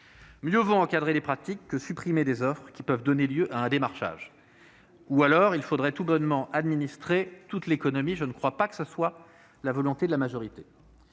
Mieux vaut encadrer les pratiques que de supprimer les offres qui peuvent donner lieu à un démarchage- ou alors, il faudrait tout bonnement administrer toute l'économie, mais je ne crois pas que cela reflète la volonté de la majorité.